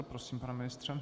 Prosím, pane ministře.